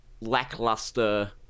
lackluster